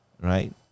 right